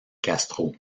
castro